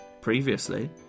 previously